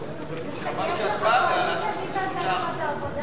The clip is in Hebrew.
שהיא תעשה לך את העבודה.